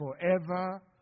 forever